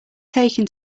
taken